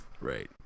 Right